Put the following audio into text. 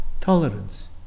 Tolerance